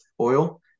Oil